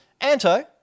Anto